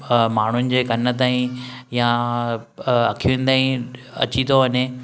माण्हुनि जे कन ताईं या अखियुनि ताईं अची थो वञे